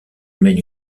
mène